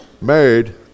married